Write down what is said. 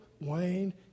Wayne